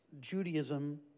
Judaism